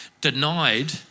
denied